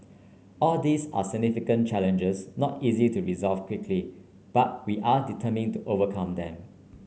all these are significant challenges not easy to resolve quickly but we are determined to overcome them